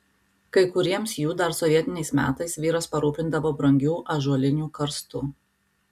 kai kuriems jų dar sovietiniais metais vyras parūpindavo brangių ąžuolinių karstų